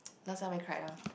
last time I cried ah